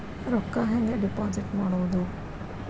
ರೊಕ್ಕ ಹೆಂಗೆ ಡಿಪಾಸಿಟ್ ಮಾಡುವುದು?